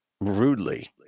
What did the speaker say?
rudely